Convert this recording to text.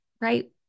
right